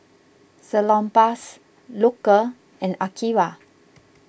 Salonpas Loacker and Akira